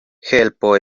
helpo